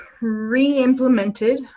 re-implemented